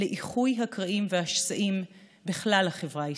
לאיחוי הקרעים והשסעים בכלל החברה הישראלית.